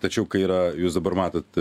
tačiau kai yra jūs dabar matot